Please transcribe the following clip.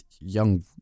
Young